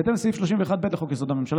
בהתאם לסעיף 31(ב) לחוק-יסוד: הממשלה,